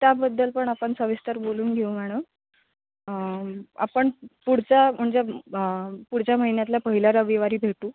त्याबद्दल पण आपण सविस्तर बोलून घेऊ मॅडम आपण पुढचा म्हणजे पुढच्या महिन्यातल्या पहिल्या रविवारी भेटू